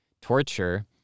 torture